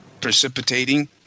precipitating